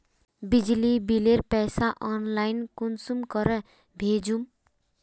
बिजली बिलेर पैसा ऑनलाइन कुंसम करे भेजुम?